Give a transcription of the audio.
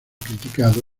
criticado